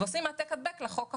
ועושים העתק-הדבק לחוק החדש.